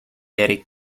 eric